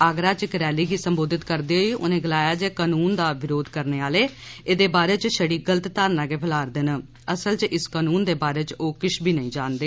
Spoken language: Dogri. आगरा च इक रैली गी सम्बोधित करदे होइ उनें गलाया जे कानून दा विरोध करने आले एहदे बारै च छड़ी गलत धारणा गै फैला'रदे न असल च इस कानून दे बारै च ओह् किश बी नेईं जानदे